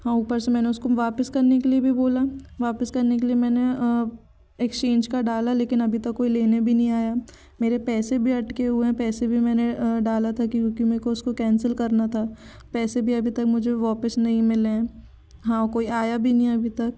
हाँ ऊपर से मैंने उसको वापस करने के लिए भी बोला वापस करने के लिए मैंने एक्सचेंज का डाला लेकिन अभी तक कोई लेने भी नहीं आया मेरे पैसे भी अटके हुए हैं पैसे भी मैंने डाला था क्योंकि मे को उसको कैंसिल करना था पैसे भी अभी तक मुझे वापस नहीं मिले हैं हाँ कोई आया भी नहीं अभी तक